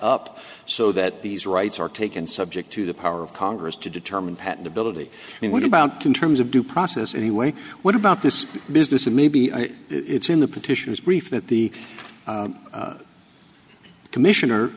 up so that these rights are taken subject to the power of congress to determine patentability what about to terms of due process anyway what about this business and maybe it's in the petitioners brief that the commissioner